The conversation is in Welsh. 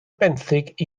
benthyg